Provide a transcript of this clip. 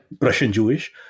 Russian-Jewish